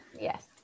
Yes